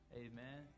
amen